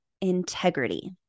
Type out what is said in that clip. integrity